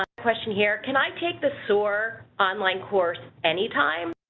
question here, can i take the sore online course any time?